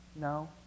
No